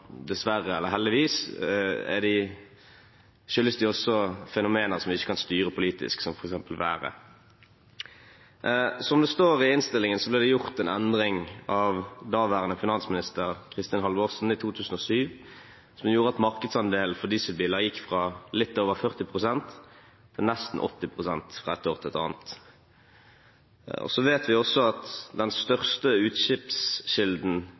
dessverre – eller heldigvis – også er fenomener som vi ikke kan styre politisk, som f.eks. været. Som det står i innstillingen, ble det gjort en endring av daværende finansminister Kristin Halvorsen i 2007 som gjorde at markedsandelen for dieselbiler gikk fra litt over 40 pst. til nesten 80 pst. fra et år til et annet. Vi vet også at den